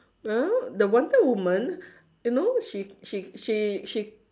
uh the wonder women uh no she she she she